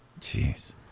Jeez